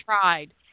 tried